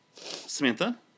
Samantha